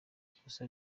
ikosa